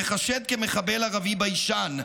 ייחשד כמחבל ערבי ביישן,